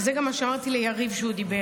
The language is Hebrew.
וזה גם מה שאמרתי ליריב כשהוא דיבר: